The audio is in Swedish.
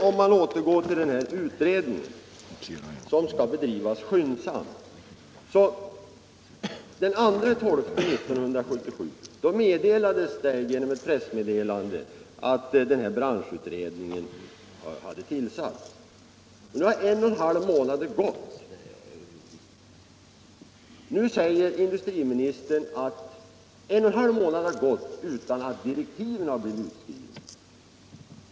För att återgå till denna utredning, som alltså skall bedrivas skyndsamt, tillkännagavs den 2 december 1977 i ett pressmeddelande att den här branschutredningen hade tillsatts. Det har alltså nu gått en och en halv månad utan att direktiven har blivit utskrivna.